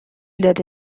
داده